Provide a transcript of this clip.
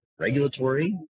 regulatory